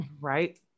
Right